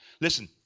Listen